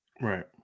Right